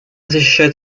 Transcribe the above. защищает